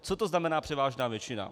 Co to znamená převážná většina?